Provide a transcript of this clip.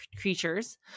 creatures